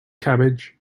cabbage